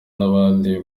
nk’abandi